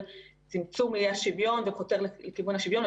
צמצום אי השוויון וחותר לכיוון השוויון,